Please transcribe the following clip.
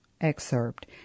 excerpt